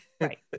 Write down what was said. Right